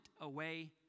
away